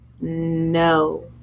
no